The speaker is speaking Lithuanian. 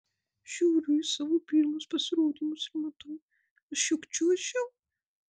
žiūriu į savo pirmus pasirodymus ir matau aš juk čiuožiau